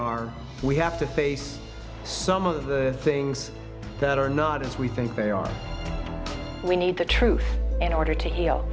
are we have to face some of the things that are not as we think they are we need the truth in order to he